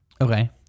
Okay